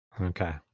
okay